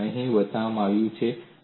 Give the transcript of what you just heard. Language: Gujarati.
આ અહીં બતાવવામાં આવ્યા છે